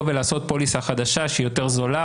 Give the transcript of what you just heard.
ולעשות פוליסה חדשה שהיא יותר זולה,